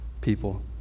people